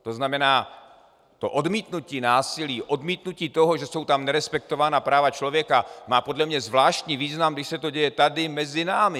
To znamená, že odmítnutí násilí, odmítnutí toho, že jsou tam nerespektována práva člověka, má podle mě zvláštní význam, když se to děje skoro tady mezi námi.